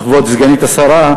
כבוד סגנית השר,